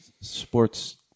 sports